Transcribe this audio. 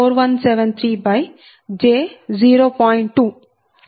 002 p